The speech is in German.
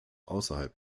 außerhalb